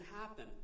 happen